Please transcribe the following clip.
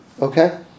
okay